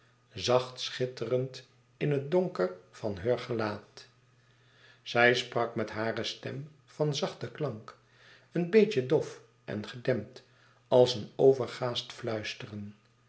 zacht schitterend in het donker van heur gelaat zij sprak met hare stem van zachten klank een beetje dof en gedempt als een overwaasd fluisteren